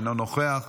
אינו נוכח,